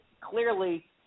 clearly